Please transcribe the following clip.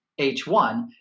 H1